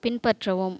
பின்பற்றவும்